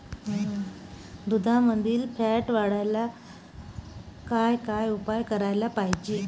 दुधामंदील फॅट वाढवायले काय काय उपाय करायले पाहिजे?